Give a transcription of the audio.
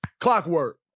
clockwork